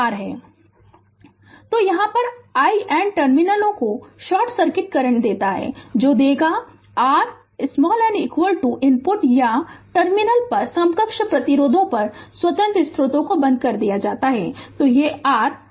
Refer Slide Time 2912 तो जहां i N टर्मिनलों को शॉर्ट सर्किट करंट देता है जो देगा और R n इनपुट या टर्मिनल पर समकक्ष प्रतिरोध जब स्वतंत्र स्रोतों को बंद कर दिया जाता है तो यह r R2 R नॉर्टन जैसा ही होता है